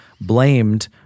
blamed